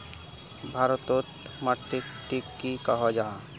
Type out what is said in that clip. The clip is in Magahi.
भारत तोत माटित टिक की कोहो जाहा?